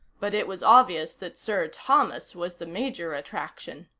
but it was obvious that sir thomas was the major attraction.